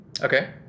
Okay